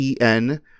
en